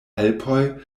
alpoj